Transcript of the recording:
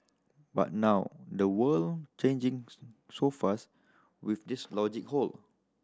but now the world changing so fast with this logic hold